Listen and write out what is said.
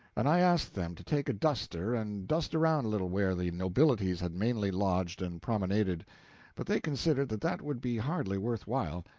and i asked them to take a duster and dust around a little where the nobilities had mainly lodged and promenaded but they considered that that would be hardly worth while,